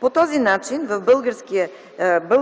По този начин